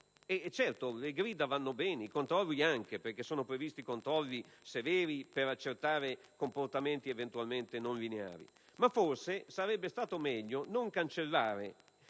Certo, le grida vanno bene e i controlli anche, perché sono previsti controlli severi per accertare comportamenti eventualmente non lineari. Ma forse sarebbe stato meglio non cancellare